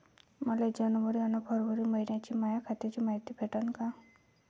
मले जनवरी अस फरवरी मइन्याची माया खात्याची मायती भेटन का?